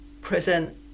present